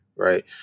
Right